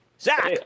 Zach